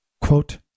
Quote